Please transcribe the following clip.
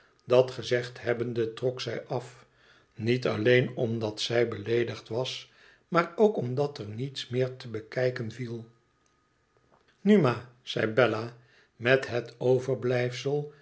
dat gezegd hebbende trok zij af niet alleen omdat zij beleedigd was maar ook omdat er niets meer te bekijken viel nu ma zei bella met het overblijfisel